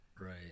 Right